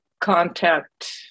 contact